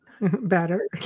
better